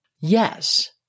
Yes